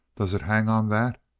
does it hang on that?